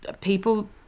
people